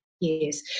Yes